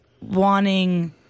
wanting